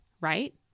right